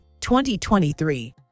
2023